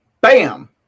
Bam